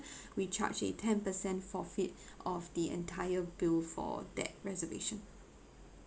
we charge a ten percent forfeit of the entire bill for that reservation